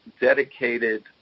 dedicated